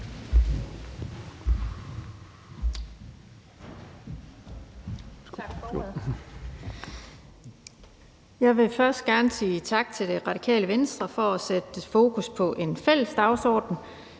gerne sige tak til Radikale Venstre for at sætte fokus på en fælles dagsorden